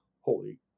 holy